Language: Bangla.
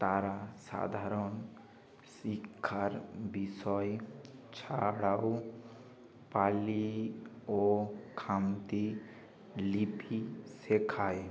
তারা সাধারণ শিক্ষার বিষয় ছাড়াও পালি ও খামতি লিপি শেখায়